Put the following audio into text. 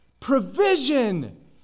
Provision